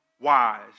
wise